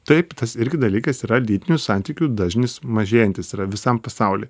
taip tas irgi dalykas yra lytinių santykių dažnis mažėjantis yra visam pasauly